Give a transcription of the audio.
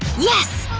yes!